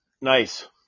Nice